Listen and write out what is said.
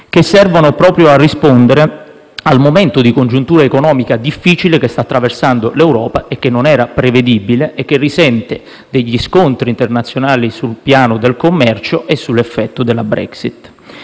che servono proprio a rispondere al momento di congiuntura economica difficile che sta attraversando l'Europa, che non era prevedibile e che risente degli scontri internazionali sul piano del commercio e dell'effetto della Brexit.